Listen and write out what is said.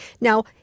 Now